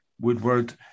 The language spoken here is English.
Woodward